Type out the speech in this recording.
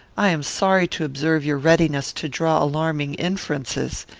i am sorry to observe your readiness to draw alarming inferences.